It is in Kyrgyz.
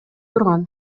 турган